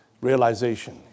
realization